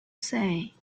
say